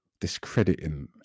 discrediting